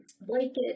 blanket